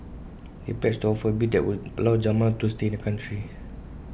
he pledged to offer A bill that would allow Jamal to stay in the country